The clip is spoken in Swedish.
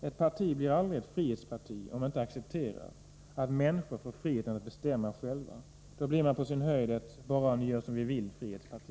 Ett parti blir aldrig ett frihetsparti, om man inte accepterar att människor får friheten att bestämma själva. Då blir man på sin höjd ett ”bara-ni-gör-som-vi-vill-frihetsparti”.